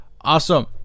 Awesome